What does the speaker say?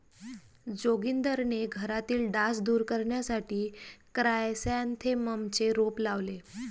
जोगिंदरने घरातील डास दूर करण्यासाठी क्रायसॅन्थेममचे रोप लावले